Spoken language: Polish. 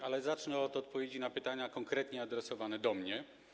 Ale zacznę od odpowiedzi na pytania konkretnie adresowane do mnie.